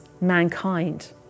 mankind